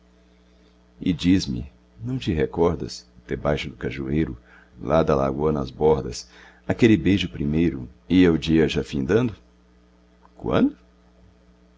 e diz-me não te recordas debaixo do cajueiro lá da lagoa nas bordas aquele beijo primeiro ia o dia já findando quando